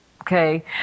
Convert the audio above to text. Okay